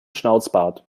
schnauzbart